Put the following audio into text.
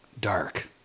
dark